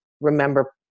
remember